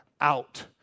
out